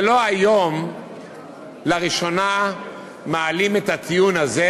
לא מעלים היום לראשונה את הטיעון הזה